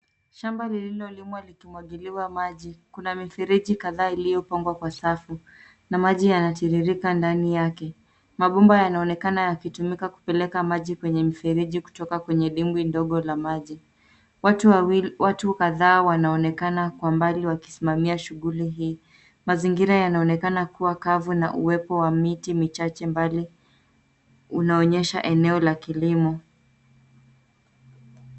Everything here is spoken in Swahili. Shamba lililolimwa likimwagiliwa maji. Kuna mifereji kadhaa iliyopangwa kwa safu na maji yanatiririka ndani yake. Mabomba yanaonekana yakitumika kutoka kwenye dimbwi dogo la maji. Watu kadhaa wanaonekana kwa mbali, wakisimamia shughuli hii. Mazingira yanaonekana kuwa kavu na uwepo wa miti michache mbali, unaonyesha eneo la kilimo.